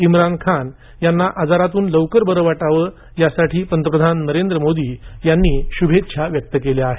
इम्रान खान यांना आजारातून लवकर बरे वाटावं यासाठी पंतप्रधान नरेंद्र मोदी यांनी शुभेच्छा व्यक्त केल्या आहेत